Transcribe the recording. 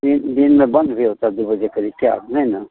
दिन दिन में बंद भी होता है दुइ बजे क़रीब क्या नहीं ना